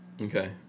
Okay